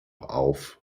auf